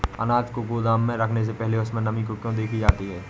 अनाज को गोदाम में रखने से पहले उसमें नमी को क्यो देखी जाती है?